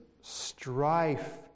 strife